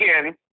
again